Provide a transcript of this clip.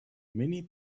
many